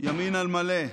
ימין על מלא.